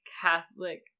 Catholic